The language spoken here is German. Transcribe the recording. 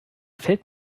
fällt